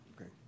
Okay